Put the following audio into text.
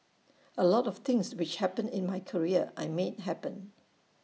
A lot of things which happened in my career I made happen